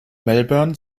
melbourne